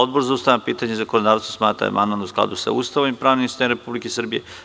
Odbor za ustavna pitanja i zakonodavstvo smatra da je amandman u skladu sa Ustavom i pravnim sistemom Republike Srbije.